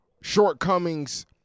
shortcomings